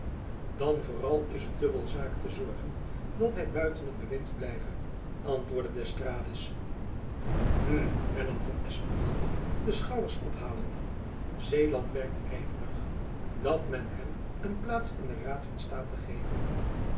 dan vooral is het dubbel zaak te zorgen dat hy buiten het bewind blijve antwoordde d'estrades jacob van lennep elizabeth musch hm hernam van espenblad de schouders ophalende zeeland werkt yverig dat men hem een plaats in den raad van state geve